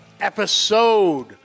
episode